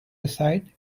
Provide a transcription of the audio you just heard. aside